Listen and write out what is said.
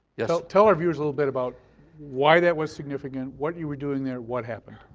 yeah tell tell our viewers a little bit about why that was significant, what you were doing there, what happened.